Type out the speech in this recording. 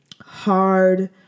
hard